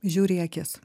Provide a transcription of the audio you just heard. žiūriu į akis